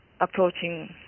approaching